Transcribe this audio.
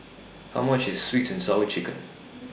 How much IS Sweet and Sour Chicken